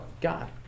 God